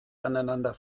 aneinander